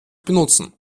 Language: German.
benutzen